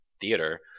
theater